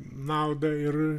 naudą ir